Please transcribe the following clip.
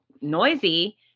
noisy